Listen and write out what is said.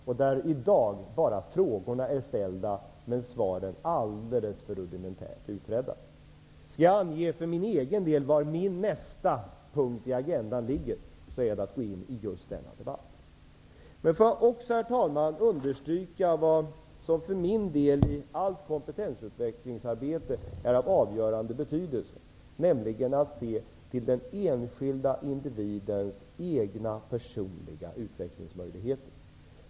Där är i dag bara frågorna ställda, men svaren är alldeles för rudimentärt utredda. Skall jag ange för min egen del vad min nästa punkt i agendan avser är det att gå in i just denna debatt. Men får jag också, herr talman, understryka vad som för min del är av avgörande betydelse i allt kompetensutvecklingsarbete, nämligen att se till den enskilda individens egna, personliga utvecklingsmöjligheter.